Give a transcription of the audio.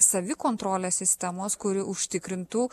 savikontrolės sistemos kuri užtikrintų